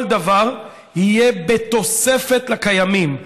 כל דבר, יהיה בתוספת לקיימים.